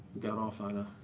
got off on a